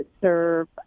serve